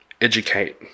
educate